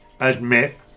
Admit